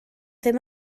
ddim